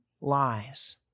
lies